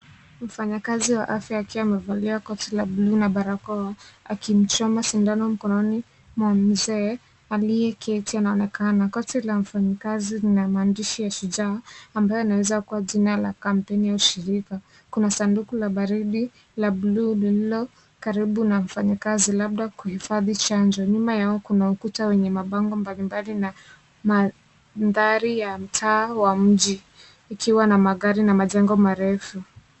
Mfanyakazi wa afya akiwa amevalia koti la buluu na barakoa akimchoma sindano mkononi mwa mzee aliyeketi anaonekana. Koti la mfanyakazi lina maandishi ya shujaa ambayo inaweza kuwa jina la kampeni au shirika. Kuna sanduku la baridi la buluu lililo karibu na mfanyakazi labda kuhifadhi chanjo. Nyuma yao kuna ukuta wenye mabango mbalimbali na maadhari ya mtaa wa mji ikiwa na magari na majengo marefu.